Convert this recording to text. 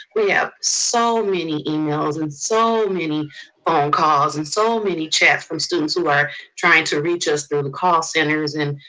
we have so many emails and so many phone calls, and so many chats from students who are trying to reach us the and call centers. and